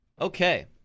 Okay